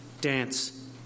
dance